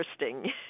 interesting